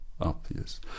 obvious